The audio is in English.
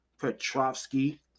Petrovsky